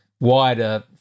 wider